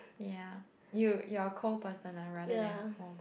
ya you you're a cold person ah rather than warm